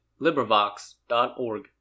LibriVox.org